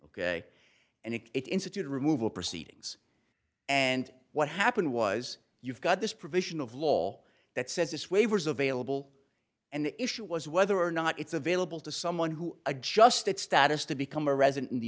ok and it instituted removal proceedings and what happened was you've got this provision of law that says this waivers available and the issue was whether or not it's available to someone who adjusts that status to become a resident in the